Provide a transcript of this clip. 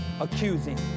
Accusing